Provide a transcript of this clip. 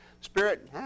spirit